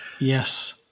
Yes